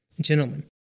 Gentlemen